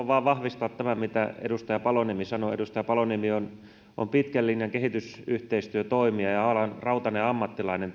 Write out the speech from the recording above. vain vahvistaa tämän mitä edustaja paloniemi sanoi edustaja paloniemi on on pitkän linjan kehitysyhteistyötoimija ja alan rautainen ammattilainen